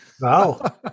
Wow